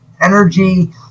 energy